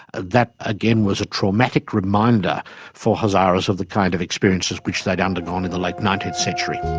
that again was a traumatic reminder for hazaras of the kind of experiences which they'd undergone in the late nineteenth century.